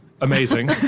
Amazing